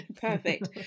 perfect